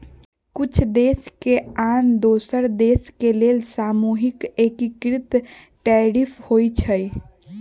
कुछ देश के आन दोसर देश के लेल सामूहिक एकीकृत टैरिफ होइ छइ